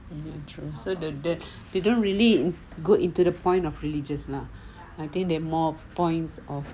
ya true so they don't really go into the point of religious lah I think the more points of